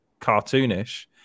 cartoonish